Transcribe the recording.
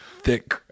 thick